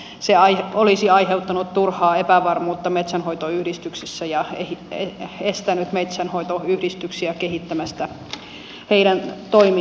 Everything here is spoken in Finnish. se olisi aiheuttanut turhaa epävarmuutta metsänhoitoyhdistyksissä ja estänyt metsänhoitoyhdistyksiä kehittämästä toimintaansa